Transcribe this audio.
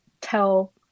tell